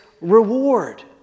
reward